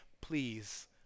please